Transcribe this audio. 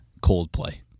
Coldplay